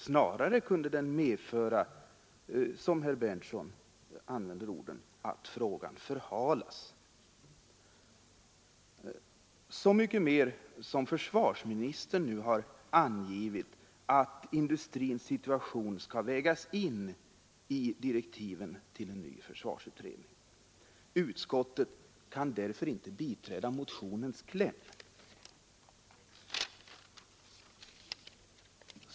Snarare kunde det medföra att, som herr Berndtson använde orden, ”frågan förhalas”. Det gäller så mycket mer som försvarsministern har angivit i Veckans Affärer nr 15 att industrins situation skall vägas in i direktiven till en ny försvarsutredning. Utskottet kan därför inte biträda motionens kläm.